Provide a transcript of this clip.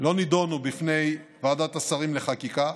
לא נדונו בוועדת השרים לענייני חקיקה,